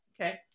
Okay